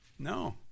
No